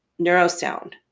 Neurosound